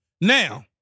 Now